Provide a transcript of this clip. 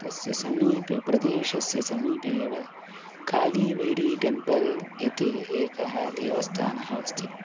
तस्य समीपे प्रदेशस्य समीपे एव खालीवैरी टेम्पल् इति एकं देवस्थानम् अस्ति